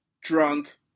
drunk